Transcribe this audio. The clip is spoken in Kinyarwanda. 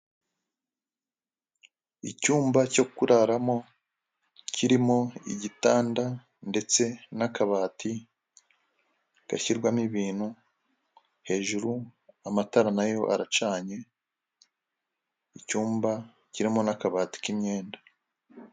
Icyumba cyo kuraramo kirimo igitanda ndetse n'akabati gashyirwamo ibintu, hejuru amatara nayo aracanye, icyumba kirimo n'akabati k'imyenda.